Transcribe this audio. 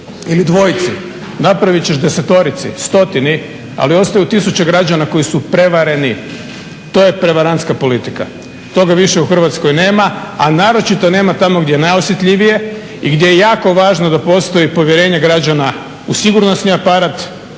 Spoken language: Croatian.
ili dvojici napravit ćeš desetorici, stotini. Ali ostaju tisuće građana koji su prevareni. To je prevarantska politika. Toga više u Hrvatskoj nema, a naročito nema tamo gdje je najosjetljivije i gdje je jako važno da postoji povjerenje građana u sigurnosni aparat,